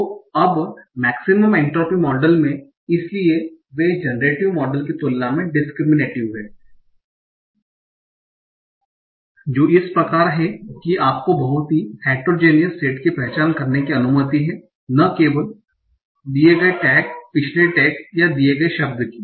तो अब maximum entropy model में इसलिए वे जनरेटिव मॉडल की तुलना में डिस्कृमिनेटिव हैं जो इस प्रकार हैं कि आपको बहुत ही हेट्रोजीनियस सेट की पहचान करने की अनुमति है न केवल दिए गए टैग पिछले टैग या दिए गए शब्द की